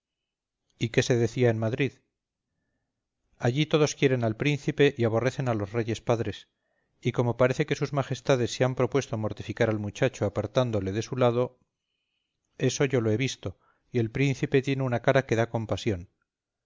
y qué se decía en madrid allí todos quieren al príncipe y aborrecen a los reyes padres y como parece que sus majestades se han propuesto mortificar al muchacho apartándole de su lado eso yo lo he visto y el príncipe tiene una cara que da compasión